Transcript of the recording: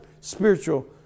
spiritual